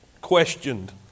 questioned